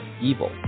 evil